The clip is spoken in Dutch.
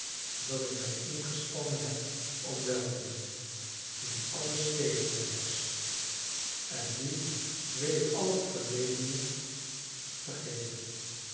doen dat ik mij ingespannen heb om wèl te doen toen alles tegen mij was en nu wil ik al het verledene vergeten